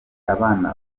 abana